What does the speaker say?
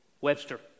Webster